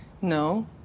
No